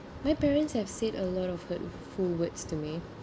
my parents have said a lot of hurtful words to me